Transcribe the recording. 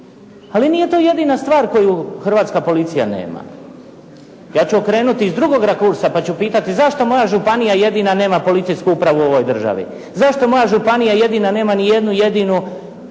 Ali nije to jedina stvar koju hrvatska policija nema. Ja ću okrenuti iz drugog rakursa pa ću pitati zašto moja županija jedina nema policijsku upravu u ovoj državi? Zašto moja županija jedina nema ni jednu jedinu